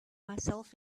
myself